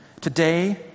Today